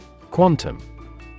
Quantum